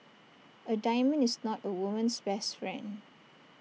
A diamond is not A woman's best friend